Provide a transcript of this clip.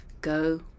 Go